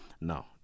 Now